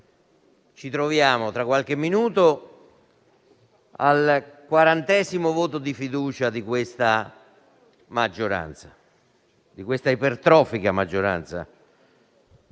ci troveremo tra qualche minuto al quarantesimo voto di fiducia di questa maggioranza veramente ipertrofica; se non